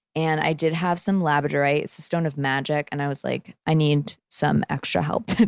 and i did have some labradorite, it's a stone of magic, and i was like, i need some extra help today